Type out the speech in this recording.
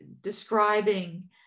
describing